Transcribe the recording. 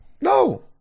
No